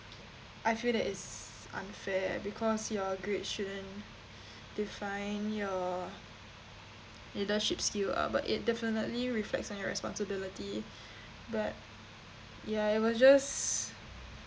I feel that is unfair because your grade shouldn't define your leadership skill ah but it definitely reflects on your responsibility but ya it was just